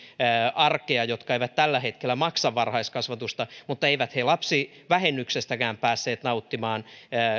arkea jotka eivät tällä hetkellä maksa varhaiskasvatuksesta että itse asiassa eivät he lapsivähennyksestäkään päässeet nauttimaan